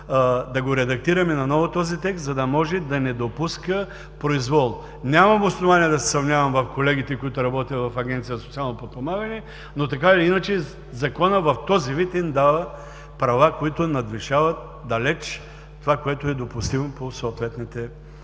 да го редактираме наново, за да може да не допуска произвол. Нямам основание да се съмнявам в колегите, които работят в Агенция „Социално подпомагане“, но така или иначе законът в този вид им дава права, които надвишават далеч това, което е допустимо по съответните